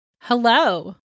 Hello